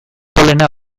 polena